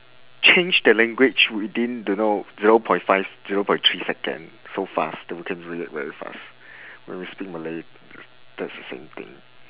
change the language within don't know zero point five zero point three second so fast that we can do it very fast when we speak malay that's that's the same thing